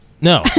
No